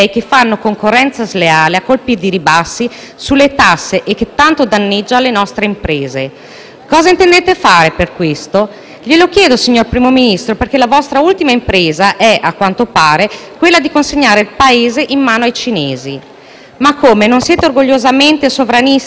Cosa intendete fare per questo? Glielo chiedo, signor Primo Ministro, perché la vostra ultima impresa è - a quanto pare - consegnare il Paese in mano ai cinesi. Ma come, non siete orgogliosamente sovranisti? Sovranisti cinesi, forse? Dovete specificarlo, e qui mi rivolgo agli amici della Lega.